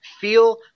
feel